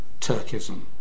Turkism